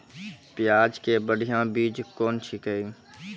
प्याज के बढ़िया बीज कौन छिकै?